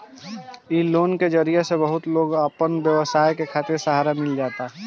इ लोन के जरिया से बहुते लोग के आपन व्यवसाय करे खातिर सहारा मिल जाता